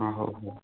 ହଁ ହଉ ହଉ